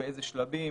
באילו שלבים,